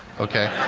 ok?